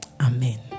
amen